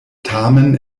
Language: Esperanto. tamen